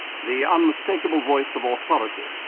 the unmistakable voice of authority,